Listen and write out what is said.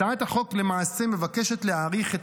הצעת החוק למעשה מבקשת להאריך בחודשיים